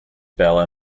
pijl